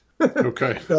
Okay